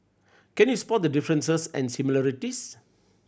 can you spot the differences and similarities